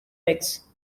eggs